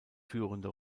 führende